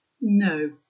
No